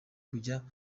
kujya